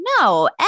no